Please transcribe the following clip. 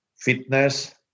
fitness